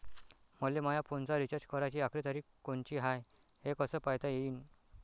मले माया फोनचा रिचार्ज कराची आखरी तारीख कोनची हाय, हे कस पायता येईन?